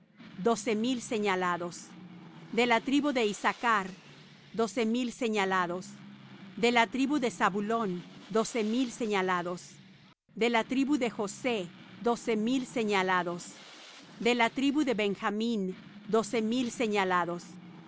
doce mil señalados de la tribu de issachr doce mil señalados de la tribu de zabulón doce mil señalados de la tribu de josé doce mil señalados de la tribu de benjamín doce mil señalados